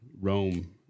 Rome